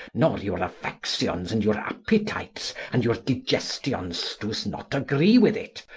nor your affections, and your appetites and your disgestions doo's not agree with it,